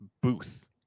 booth